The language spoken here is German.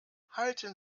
halten